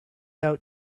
out